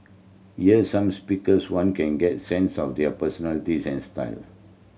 year some speakers one can get sense of their personalities and styles